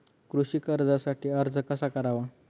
कृषी कर्जासाठी अर्ज कसा करावा?